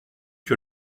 que